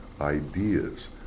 ideas